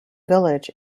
village